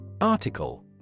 Article